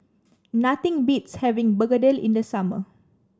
nothing beats having Begedil in the summer